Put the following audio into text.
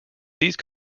these